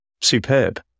superb